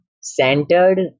centered